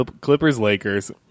Clippers-Lakers